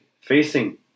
facing